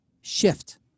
shift